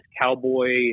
Cowboy